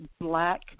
black